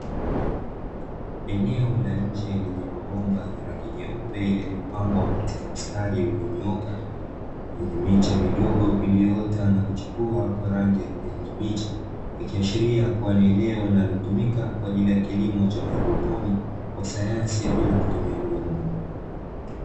Eneo la nje lenye mabomba ya rangi nyeupe yaliyopangwa katika mstari ulionyooka, lenye miche midogo iliyoota na kuchipua kwa rangi ya kijani kibichi. Ikiashiria kuwa ni eneo linalotumika kwa ajili ya kilimo cha haidroponi kwa sayansi ya bila kutumia udongo.